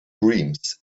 dreams